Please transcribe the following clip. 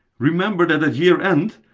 remember that at year-end,